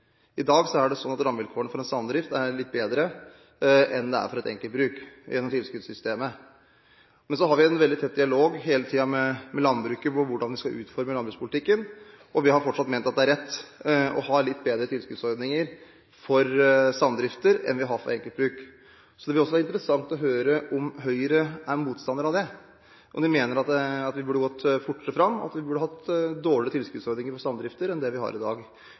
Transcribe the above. I dag er det sånn at rammevilkårene for en samdrift er litt bedre enn det er for et enkeltbruk gjennom tilskuddssystemet. Vi har en veldig tett dialog hele tiden med landbruket om hvordan vi skal utforme landbrukspolitikken, og vi mener fortsatt det er rett å ha litt bedre tilskuddsordninger for samdrifter enn vi har for enkeltbruk. Det vil være interessant å høre om Høyre er motstander av det, om de mener at vi burde gått fortere fram, og at vi burde hatt dårligere tilskuddsordninger for samdrifter enn det vi har i dag.